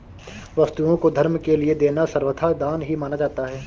वस्तुओं को धर्म के लिये देना सर्वथा दान ही माना जाता है